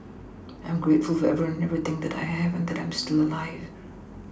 I am grateful for everyone and everything that I have and that I am still alive